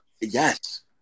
yes